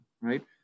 right